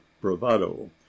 bravado